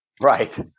Right